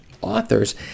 authors